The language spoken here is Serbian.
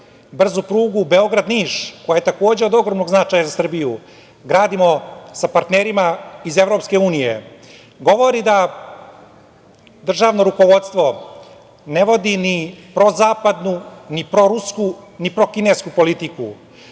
brzu prugu Beograd-Niš, koja je takođe od ogromnog značaja za Srbiju, gradimo sa partnerima iz Evropske unije, govori da državno rukovodstvo ne vodi ni prozapadnu, ni prorusku, ni prokinesku politiku,